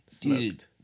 Dude